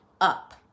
up